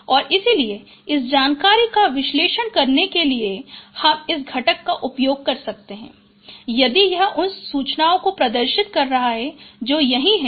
और इसलिए इस जानकारी का विश्लेषण करने के लिए हम इस घटक का उपयोग कर सकते हैं यदि यह उन सूचनाओं को प्रदर्शित कर रहा है जो यहीं हैं